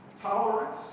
tolerance